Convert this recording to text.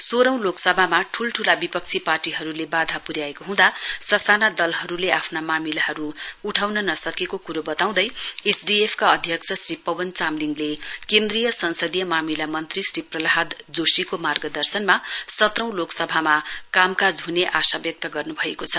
सोह्रौं लोकसभामा ठूलाठूला विपक्षी पार्टीहरूले वाधा प्र्याएको हँदा ससाना दलहरूले आफ्ना मामिलाहरू उठाउन नसकेको क्रो बताउँदै वहाँले केन्द्रीय संसदीय मामिला मन्त्री श्री प्रहलाद जोशीको मार्गदर्शनमा सत्रौं लोकसभामा कामकाज हने आशा व्यक्त गर्न्भएको छ